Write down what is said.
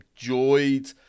enjoyed